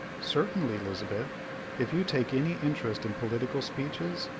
certainly, lizabeth if you take any interest in political speeches,